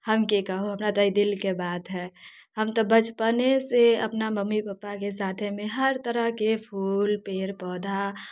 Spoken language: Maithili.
हम की कहूँ हमरा हम तऽ ई दिलके बात हय हम तऽ बचपने से अपना मम्मी पप्पाके साथेमे हर तरहके फूल पेड़ पौधा